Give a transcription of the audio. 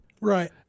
right